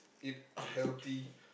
eat healthy